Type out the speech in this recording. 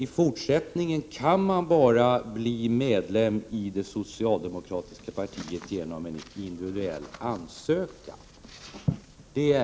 I fortsättningen kan man bli medlem i det socialdemokratiska partiet bara genom en individuell ansökan.